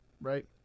right